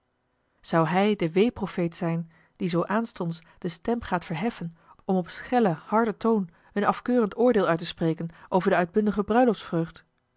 zou hij de weerprofeet zijn die zoo aanstonds de stem gaat verheffen om op schellen harden toon een afkeurend oordeel uit te spreken over de uitbundige